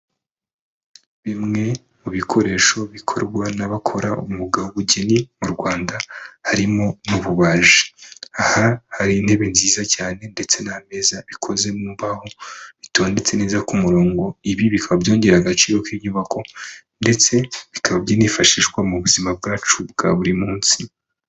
Bimwe mu bikoresho bikorwa n'abakora umwuga w'ubugeni mu Rwanda harimo n'ububaji, aha hari intebe nziza cyane ndetse meza bikoze mu mbaho bitondetse neza ku murongo, ibi bikaba byongerera agaciro k'inyubako ndetse bikaba byifashishwa mu buzima bwacu bwa buri munsi.